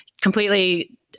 completely